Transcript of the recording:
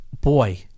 boy